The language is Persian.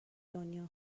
دنیا